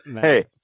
Hey